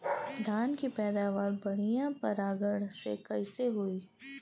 धान की पैदावार बढ़िया परागण से कईसे होई?